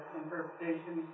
interpretation